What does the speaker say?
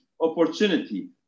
opportunity